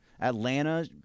Atlanta